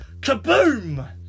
KABOOM